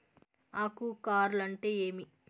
ఆకు కార్ల్ అంటే ఏమి?